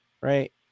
Right